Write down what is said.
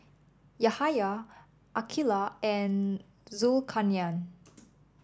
Yahaya Aqilah and Zulkarnain